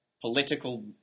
political